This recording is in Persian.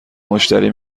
مشتری